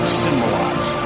symbolize